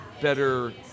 better